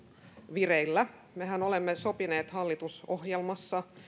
vireillä mehän olemme sopineet hallitusohjelmassa